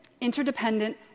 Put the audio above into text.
interdependent